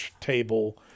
table